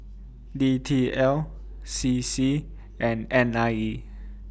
D T L C C and N I E